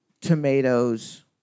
tomatoes